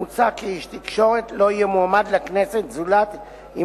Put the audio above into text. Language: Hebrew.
מוצע כי איש תקשורת לא יהיה מועמד לכנסת זולת אם